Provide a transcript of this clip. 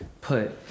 put